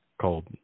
called